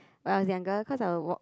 when I was younger cause I would walk